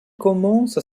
commence